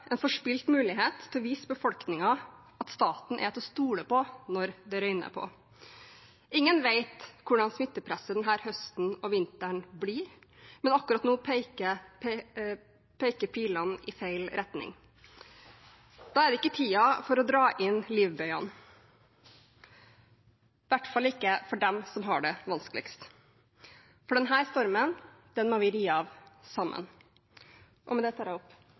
en forspilt mulighet til å vise befolkningen at staten er til å stole på når det røyner på. Ingen vet hvordan smittepresset denne høsten og denne vinteren blir, men akkurat nå peker pilene i feil retning. Da er det ikke tiden for å dra inn livbøyen, i hvert fall ikke for dem som har det vanskeligst, for denne stormen må vi ri av sammen. Med det tar jeg opp